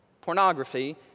pornography